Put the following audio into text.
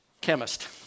chemist